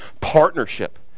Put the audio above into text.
partnership